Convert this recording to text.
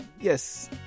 yes